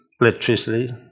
Electricity